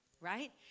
right